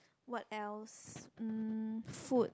what else um food